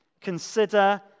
consider